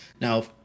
now